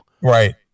Right